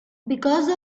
because